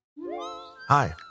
Hi